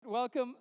Welcome